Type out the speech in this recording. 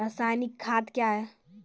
रसायनिक खाद कया हैं?